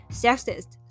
，sexist